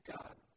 God